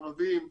ערבים ואחרים,